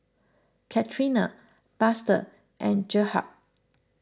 Katrina Buster and Gerhardt